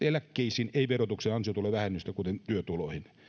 eläkkeisiin ei verotuksen ansiotulovähennystä kuten työtuloihin